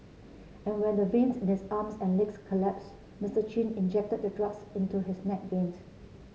and when the veins in his arms and legs collapse Mister Chin injected the drugs into his neck veins